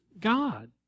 God